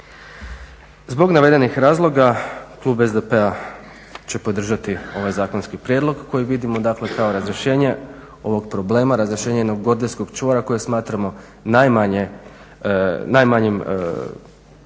Zbog navedenih razloga, klub SDP-a će podržati ovaj zakonski prijedlog koji vidimo, dakle kao razrješenje ovog problema, razrješenje onog gordijskog čuvara koje smatramo najmanje moguće